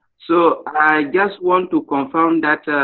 so, i just want to confirm that